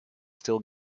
still